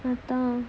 correct தான்:thaan